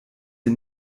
dir